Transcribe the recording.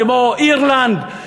כמו אירלנד?